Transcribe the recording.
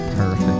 Perfect